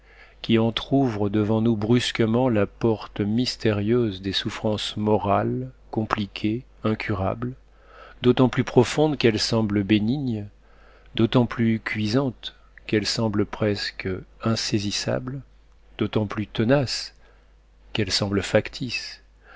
qui entr'ouvrent devant nous brusquement la porte mystérieuse des souffrances morales compliquées incurables d'autant plus profondes qu'elles semblent bénignes d'autant plus cuisantes qu'elles semblent presque insaisissables d'autant plus tenaces qu'elles semblent factices